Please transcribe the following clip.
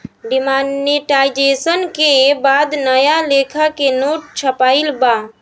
demonetisation के बाद नया लेखा के नोट छपाईल बा